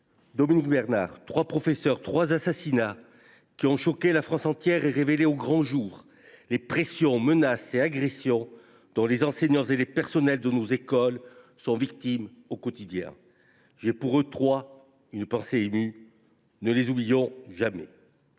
Dominique Bernard : trois professeurs, trois assassinats qui ont choqué la France entière et révélé au grand jour les pressions, menaces et agressions dont les enseignants et les personnels de nos écoles sont victimes au quotidien. J’ai pour eux trois une pensée émue : ne les oublions jamais.